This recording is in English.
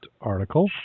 article